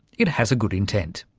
it has a good intent.